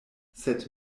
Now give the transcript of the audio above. sed